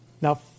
Now